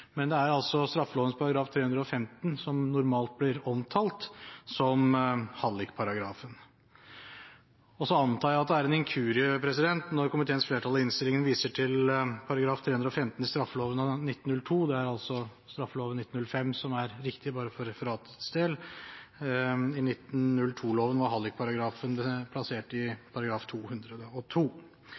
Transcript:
men det er altså straffeloven § 315 som normalt blir omtalt som hallikparagrafen. Så antar jeg at det er en inkurie når komiteens flertall i innstillingen viser til § 315 i straffeloven av 1902. Det er altså straffeloven av 2005 som er det riktige – bare for referatets del. I 1902-loven var hallikparagrafen plassert i § 202.